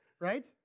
right